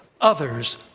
others